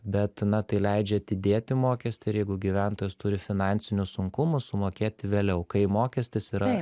bet na tai leidžia atidėti mokestį ir jeigu gyventojas turi finansinių sunkumų sumokėti vėliau kai mokestis yra